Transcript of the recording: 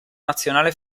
nazionale